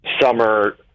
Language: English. summer